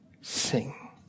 sing